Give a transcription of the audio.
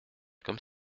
comme